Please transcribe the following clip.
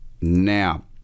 now